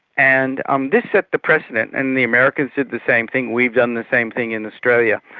and um this set the precedent, and the americans did the same thing, we've done the same thing in australia.